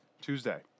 Tuesday